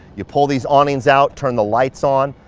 you pull these awnings out, turn the lights on,